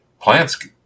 Plants